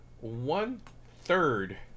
one-third